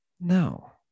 No